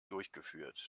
durchgeführt